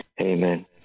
Amen